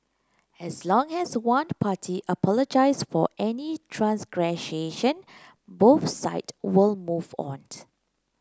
as long as one party apologise for any transgression both side will move out